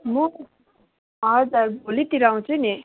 म हजुर भोलितिर आउँछु नि